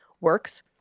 works